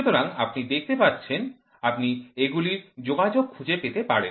সুতরাং আপনি দেখতে পাচ্ছেন আপনি এগুলির যোগাযোগ খুঁজে পেতে পারেন